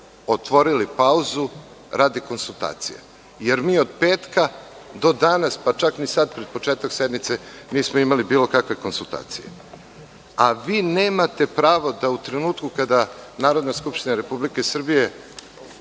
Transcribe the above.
otvorili pauzu radi konsultacije, jer mi od petka do danas, pa čak ni sad pred početak sednice nismo imali bilo kakve konsultacije, a vi nemate pravo da u trenutku kada Narodna skupština RS ima